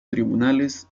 tribunales